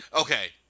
Okay